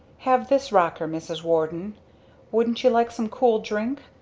have this rocker, mrs. warden wouldn't you like some cool drink?